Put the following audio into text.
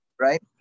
right